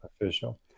official